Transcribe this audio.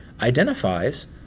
identifies